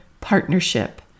partnership